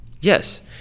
yes